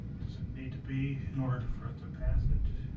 does it need to be in order to for it to pass it